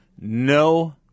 no